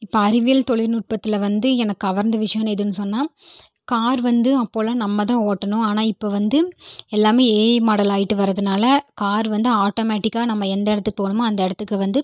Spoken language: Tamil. இப்போ அறிவியல் தொழில்நுட்பத்தில் வந்து என்னை கவர்ந்த விஷயன்னு எதுன்னு சொன்னால் கார் வந்து அப்போதுலாம் நம்ம தான் ஓட்டணும் ஆனால் இப்போது வந்து எல்லாமே ஏஐ மாடலாக ஆகிட்டு வர்றதுனால கார் வந்து ஆட்டோமெட்டிக்காக நம்ம எந்த இடத்துக்கு போகணுமோ அந்த இடத்துக்கு வந்து